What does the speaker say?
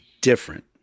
different